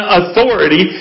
authority